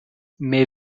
mes